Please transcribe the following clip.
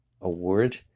award